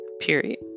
Period